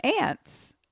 ants